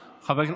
מהאופוזיציה,